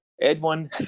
Edwin